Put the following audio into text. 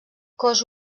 cos